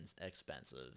expensive